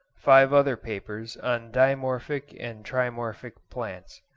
five other papers on dimorphic and trimorphic plants.